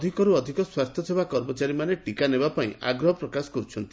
ଅଧିକରୁ ଅଧିକ ସ୍ୱାସ୍ଥ୍ୟସେବା କର୍ମଚାରୀମାନେ ଟିକା ନେବାପାଇଁ ଆଗ୍ରହ ପ୍ରକାଶ କରୁଛନ୍ତି